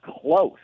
close